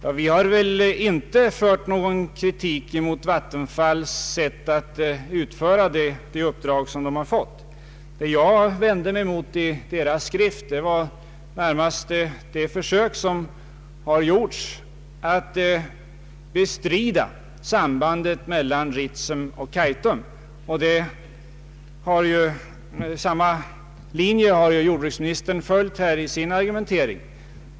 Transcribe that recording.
Vi har inte kritiserat Vattenfall för att de försöker utföra sitt huvuduppdrag att producera elkraft. Det jag vände mig mot i Vattenfalls skrift var närmast de försök som gjorts att bestrida sambandet mellan Ritsem och Kaitum. Samma linje har jordbruksministern följt i sin argumentering.